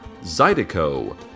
Zydeco